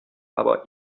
aber